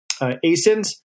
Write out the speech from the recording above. asins